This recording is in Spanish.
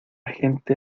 gente